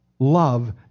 Love